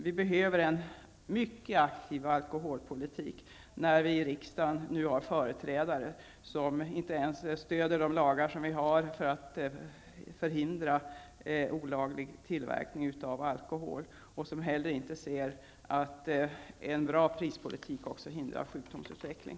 Vi behöver en mycket aktiv alkoholpolitik när det nu i riksdagen finns företrädare som inte ens stöder de lagar som finns för att förhindra olaglig tillverkning av alkohol och som inte heller ser att en bra prispolitik också hindrar sjukdomsutveckling.